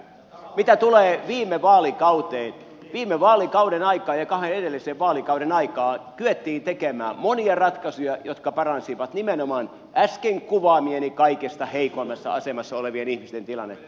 mitä tulee viime vaalikauteen viime vaalikauden aikaan ja kahden edellisen vaalikauden aikaan kyettiin tekemään monia ratkaisuja jotka paransivat nimenomaan äsken kuvaamieni kaikista heikoimmassa asemassa olevien ihmisten tilannetta